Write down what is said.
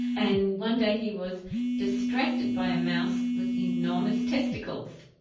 and one day he was distracted by a mouse with enormous testicles.